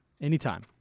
Anytime